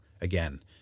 again